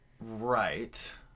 Right